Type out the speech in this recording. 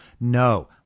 No